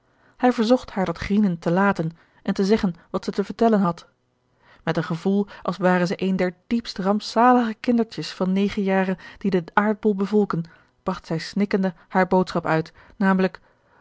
hij verzocht haar dat grienen te laten en te zeggen wat zij te vertellen had met een gevoel als ware zij een der diepst rampzalige kindertjes van negen jaren die den aardbol bevolken bragt zij snikkende hare boodschap uit namelijk